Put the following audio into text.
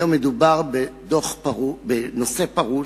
היום מדובר בנושא פרוץ,